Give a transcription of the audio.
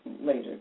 later